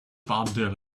bundle